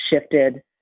shifted